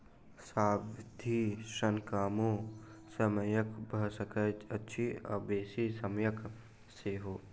सावधि ऋण कमो समयक भ सकैत अछि आ बेसी समयक सेहो